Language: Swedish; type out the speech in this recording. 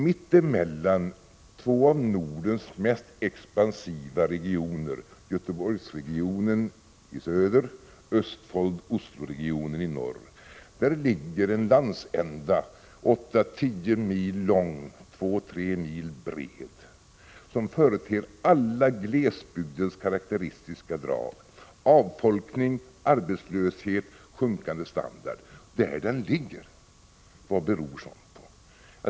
Mitt emellan två av Nordens mest expansiva regioner — Göteborgsregionen i söder och Östfold—Oslo-regionen i norr - ligger en landsända, 8—10 mil lång, 2-3 mil bred, som företer alla glesbygdens karakteristiska drag: avfolkning, arbetslöshet, sänkt standard. Det är något mycket märkligt. Vad beror det på?